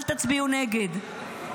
אל תצביעו נגד.